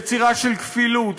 יצירה של כפילות,